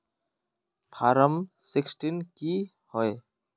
Form sixteen की होय?